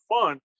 fun